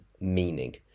meaning